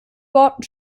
worten